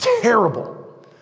terrible